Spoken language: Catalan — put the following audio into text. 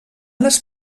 les